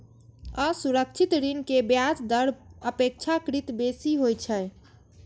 असुरक्षित ऋण के ब्याज दर अपेक्षाकृत बेसी होइ छै